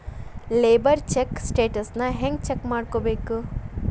Labour check ಸ್ಟೆಟಸನ್ನ ಹೆಂಗ್ check ಮಾಡ್ಕೊಬೇಕ್?